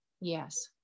Yes